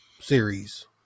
series